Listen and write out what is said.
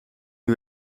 een